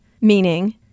Meaning